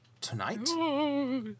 tonight